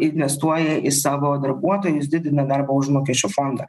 investuoja į savo darbuotojus didina darbo užmokesčio fondą